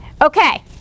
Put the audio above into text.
Okay